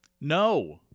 no